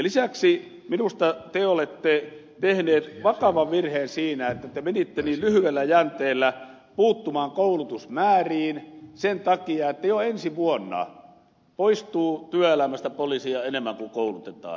lisäksi minusta te olette tehneet vakavan virheen siinä että te menitte niin lyhyellä jänteellä puuttumaan koulutusmääriin sen takia että jo ensi vuonna poistuu työelämästä poliiseja enemmän kuin koulutetaan